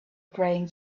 praying